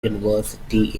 university